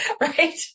Right